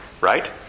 Right